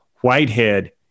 whitehead